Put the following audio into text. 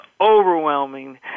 overwhelming